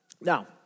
Now